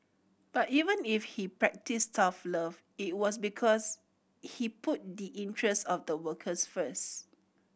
but even if he practised tough love it was because he put the interest of the workers first